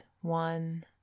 one